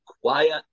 quiet